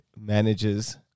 manages